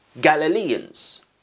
Galileans